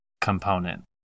component